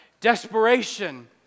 Desperation